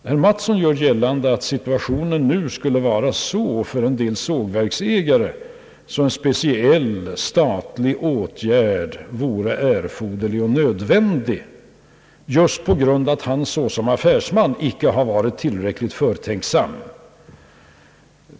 Herr Mattsson gör gällande att läget för somliga sågverksägare nu skulle vara sådant att speciella statliga åtgärder vore erforderliga just på grund av att de som affärsmän icke har varit tillräckligt förtänksamma.